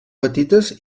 petites